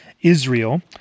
Israel